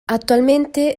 attualmente